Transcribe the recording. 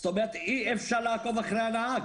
זאת אומרת אי אפשר לעקוב אחרי הנהג.